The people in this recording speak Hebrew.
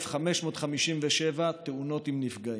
12,557 תאונות עם נפגעים,